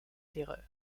terreur